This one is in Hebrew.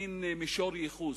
מין מישור ייחוס,